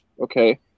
okay